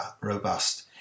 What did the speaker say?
robust